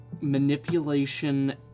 Manipulation